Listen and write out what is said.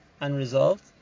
unresolved